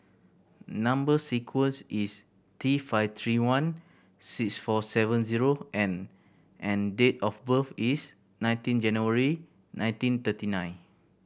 number sequence is T five three one six four seven zero N and date of birth is nineteen January nineteen thirty nine